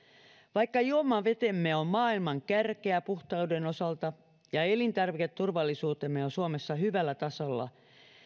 vaikka juomavetemme on maailman kärkeä puhtauden osalta ja elintarviketurvallisuutemme on suomessa hyvällä tasolla